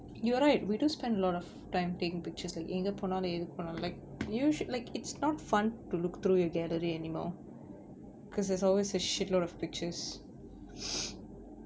you're right we do spend a lot of time which is the எங்க போனாலும் எதுக் போனாலும்:enga ponaalum ethuk ponaalum like you should like it's not fun to look through your gallery anymore cause there's always a shit load of pictures